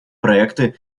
проекты